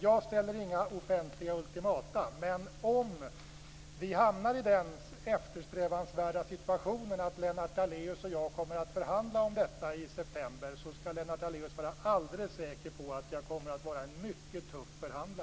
Jag ställer inga offentliga ultimatum, men om vi hamnar i den eftersträvansvärda situationen att Lennart Daléus och jag kommer att förhandla om detta i september kan Lennart Daléus vara alldeles säker på att jag kommer att vara en mycket tuff förhandlare.